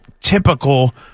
typical